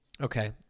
Okay